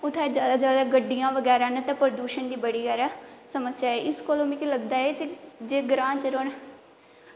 उत्थें जादै गड्डियां न ते उत्थें प्रदूषण दी जादै समस्या ऐ इस कोला मिगी लगदा ऐ की जे ग्रां च रौह्ना